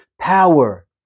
power